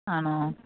ആണോ